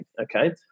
Okay